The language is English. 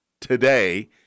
Today